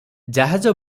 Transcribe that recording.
ଜାହାଜ